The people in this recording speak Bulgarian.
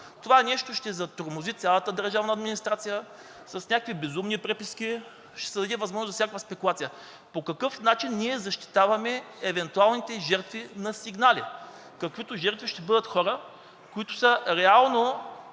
Това нещо ще затормози цялата държавна администрация с някакви безумни преписки, ще се даде възможност за всякаква спекулация. По какъв начин ние защитаваме евентуалните жертви на сигнали, каквито жертви ще бъдат хора, които са реално